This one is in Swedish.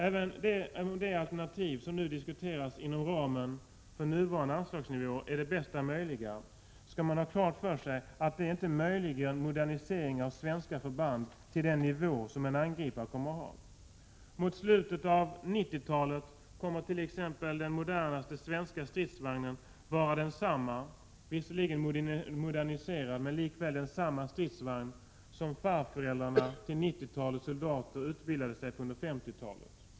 Även om det alternativ som nu diskuteras inom ramen för nuvarande anslagsnivå är det bästa möjliga, skall man ha klart för sig att det inte ger en möjlighet till modernisering av svenska förband till den nivå som en angripare kommer att ha. Mot slutet av 90-talet kommer t.ex. den modernaste svenska stridsvagnen visserligen att vara en moderniserad version men lika väl samma stridsvagn som den farföräldrarna till 90-talets soldater utbildade sig på under 50-talet.